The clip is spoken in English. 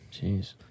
Jeez